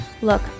look